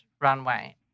Runway